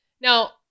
Now-